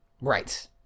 Right